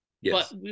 yes